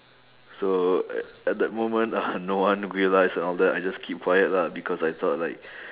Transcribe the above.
so a~ at that moment no one realised and all that I just keep quiet lah because I thought like